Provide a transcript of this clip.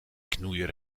knoeier